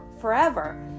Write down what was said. forever